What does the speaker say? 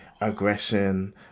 aggression